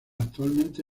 actualmente